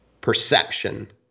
perception